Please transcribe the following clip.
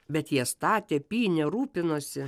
bet jie statė pynę rūpinosi